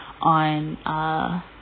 on